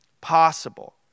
possible